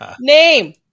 name